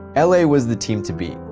la was the team to beat,